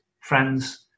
friends